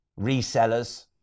resellers